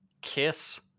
kiss